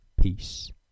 Peace